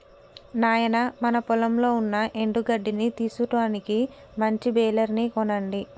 నాయినా మన పొలంలో ఉన్న ఎండు గడ్డిని తీసుటానికి మంచి బెలర్ ని కొనండి